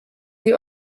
die